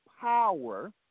power